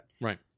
Right